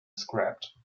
scrapped